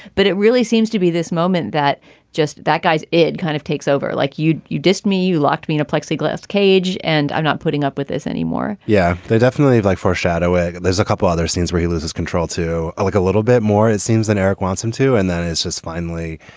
but it really seems to be this moment that just that, guys, it kind of takes over like you you dissed me, you locked me in a plexiglas cage and i'm not putting up with this anymore yeah, they definitely like foreshadowing. and there's a couple other scenes where he loses control to look like a little bit more. it seems that eric wants him to. and that is his finally.